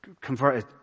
converted